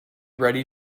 ready